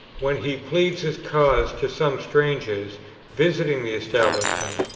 when he pleaded his cause to some strangers visiting the establishment,